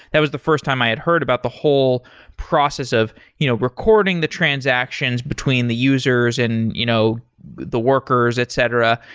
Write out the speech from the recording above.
that was first time i had heard about the whole process of you know recording the transactions between the users and you know the workers, etc,